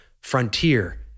frontier